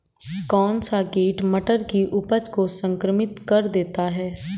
कौन सा कीट मटर की उपज को संक्रमित कर देता है?